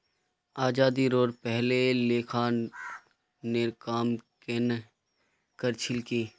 आज़ादीरोर पहले लेखांकनेर काम केन न कर छिल की